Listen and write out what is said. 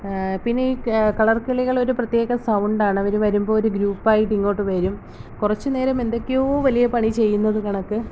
പിന്നെ ഈ കളർ കിളികളൊരു പ്രത്യേക സൗണ്ടാണ് അവര് വരുമ്പോൾ ഒരു ഗ്രൂപ്പായിട്ടിങ്ങോട്ട് വരും കുറച്ച് നേരം എന്തെക്കെയോ വലിയ പണികൾ ചെയ്യുന്നത് കണക്ക്